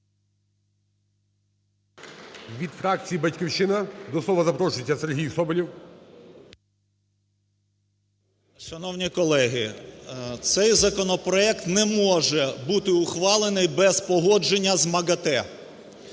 Від фракції "Батьківщина" до слова запрошується Сергій Соболєв. 11:46:52 СОБОЛЄВ С.В. Шановні колеги, цей законопроект не може бути ухвалений без погодження з МАГАТЕ.